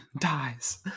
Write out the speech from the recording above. dies